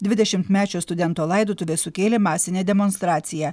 dvidešimtmečio studento laidotuvės sukėlė masinę demonstraciją